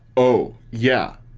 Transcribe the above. oh, yeah.